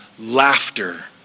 laughter